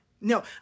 No